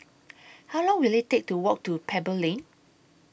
How Long Will IT Take to Walk to Pebble Lane